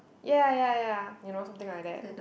ya ya ya you know something like that